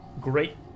great